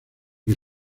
que